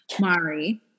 Mari